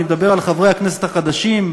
אני מדבר על חברי הכנסת החדשים,